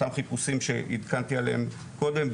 אותם חיפושים שעדכנתי עליהם קודם,